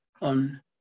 on